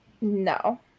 no